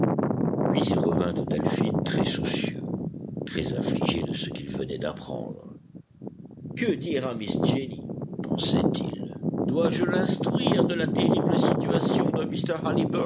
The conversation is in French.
puis il revint au delphin très soucieux très affligé de ce qu'il venait d'apprendre que dire à miss jenny pensait-il dois-je l'instruire de la terrible situation de